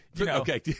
Okay